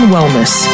Wellness